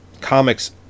comics